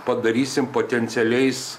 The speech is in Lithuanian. padarysim potencialiais